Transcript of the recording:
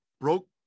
Broke